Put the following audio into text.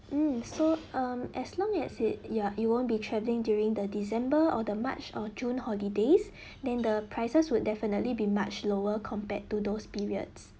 mm so um as long as it ya you won't be traveling during the december or the march or june holidays then the prices would definitely be much lower compared to those periods